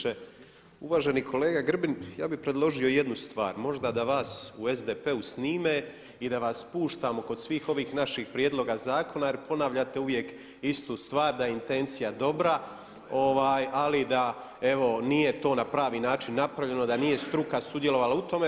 Poštovani potpredsjedniče, uvaženi kolega Grbin ja bi predložio jednu stvar, možda da vas u SDP-u snime i da vas puštamo kod svih ovih naših prijedloga zakona jer ponavljate uvijek istu stvar da je intencija dobra ali da evo nije to na pravi način napravljeno, da nije struka sudjelovala u tome.